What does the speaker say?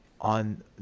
on